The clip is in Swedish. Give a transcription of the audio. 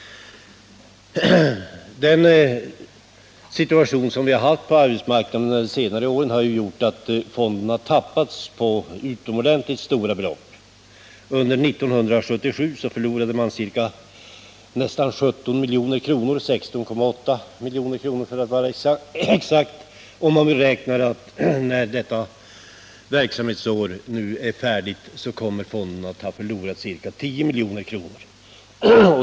Den situation vi haft på arbetsmarknaden under senare år har gjort att fonden tappats på utomordentligt stora belopp. Under 1977 förlorade man nästan 17 milj.kr., 16,8 milj.kr. för att vara exakt. När detta verksamhetsår är slut beräknar man att fonden har förlorat ca 10 milj.kr.